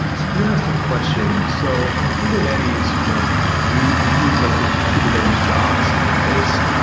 it's an interesting question. so, on kubernetes, you know we we use like the the kubernetes jobs interface,